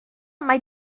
mai